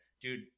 dude